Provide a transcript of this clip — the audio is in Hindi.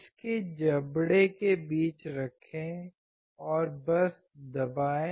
इसके जबड़े के बीच रखें और बस दबाएँ